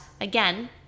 again